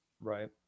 Right